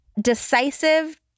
decisive